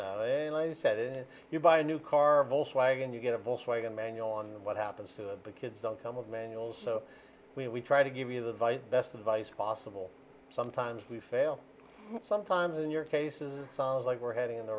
you and i've said it you buy a new car volkswagen you get a volkswagen manual on what happens to the kids don't come with manuals so we try to give you advice best advice possible sometimes we fail sometimes in your case is sounds like we're heading in the